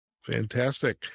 Fantastic